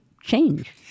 change